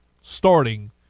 starting